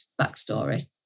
backstory